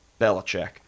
Belichick